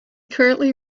currently